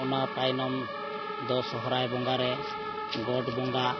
ᱚᱱᱟ ᱛᱟᱭᱱᱚᱢ ᱫᱚ ᱥᱚᱦᱚᱨᱟᱭ ᱵᱚᱸᱜᱟᱨᱮ ᱜᱚᱰ ᱵᱚᱸᱜᱟ